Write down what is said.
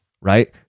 right